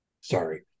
sorry